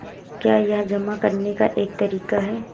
क्या यह जमा करने का एक तरीका है?